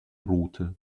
rote